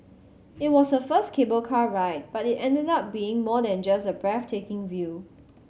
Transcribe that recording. it was her first cable car ride but it ended up being more than just a breathtaking view